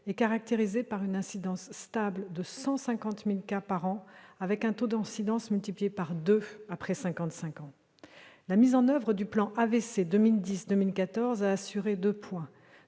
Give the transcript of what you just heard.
sont caractérisées par une incidence stable de 150 000 cas par an, avec un taux d'incidence multiplié par deux après 55 ans. La mise en oeuvre du plan AVC 2010-2014 a assuré non